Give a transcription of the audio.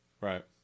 Right